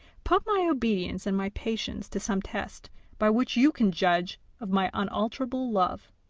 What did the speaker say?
put my obedience and my patience to some test by which you can judge of my unalterable love